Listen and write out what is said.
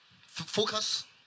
Focus